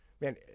Man